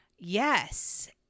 Yes